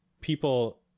people